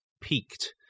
peaked